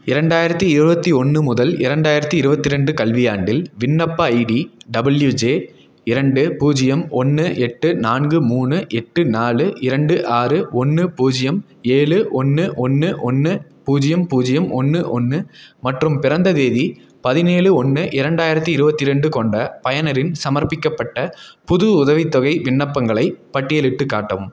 இரண்டாயிரத்தி இருபத்தி ஒன்று முதல் இரண்டாயிரத்தி இருபத்து ரெண்டு கல்வியாண்டில் விண்ணப்ப ஐடி டபுள்யூஜே இரண்டு பூஜ்யம் ஒன்று எட்டு நான்கு மூணு எட்டு நாலு இரண்டு ஆறு ஒன்று பூஜ்யம் ஏழு ஒன்று ஒன்று ஒன்று பூஜ்யம் பூஜ்யம் ஒன்று ஒன்று மற்றும் பிறந்த தேதி பதினேழு ஒன்று இரண்டாயிரத்தி இருபத்தி ரெண்டு கொண்ட பயணரின் சமர்ப்பிக்கப்பட்ட புது உதவித்தொகை விண்ணப்பங்களை பட்டியலிட்டு காட்டவும்